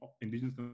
Indigenous